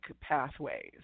pathways